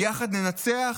ביחד ננצח?